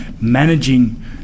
managing